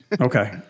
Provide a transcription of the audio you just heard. Okay